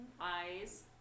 Eyes